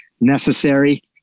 necessary